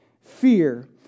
fear